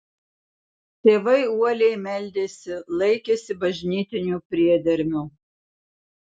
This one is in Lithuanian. tėvai uoliai meldėsi laikėsi bažnytinių priedermių